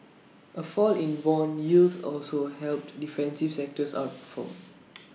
A fall in Bond yields also helped defensive sectors outperform